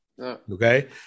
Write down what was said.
Okay